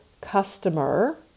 customer